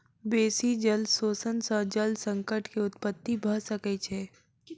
बेसी जल शोषण सॅ जल संकट के उत्पत्ति भ सकै छै